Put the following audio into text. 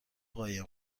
قایم